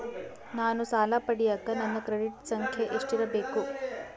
ನಾನು ಸಾಲ ಪಡಿಯಕ ನನ್ನ ಕ್ರೆಡಿಟ್ ಸಂಖ್ಯೆ ಎಷ್ಟಿರಬೇಕು?